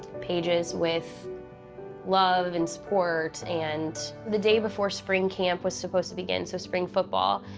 pages with love and support, and the day before spring camp was supposed to begin, so spring football,